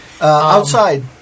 Outside